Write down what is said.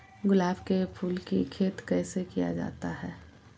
गुलाब के फूल की खेत कैसे किया जाता है?